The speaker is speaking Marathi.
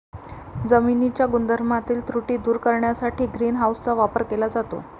जमिनीच्या गुणधर्मातील त्रुटी दूर करण्यासाठी ग्रीन हाऊसचा वापर केला जातो